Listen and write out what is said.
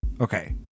okay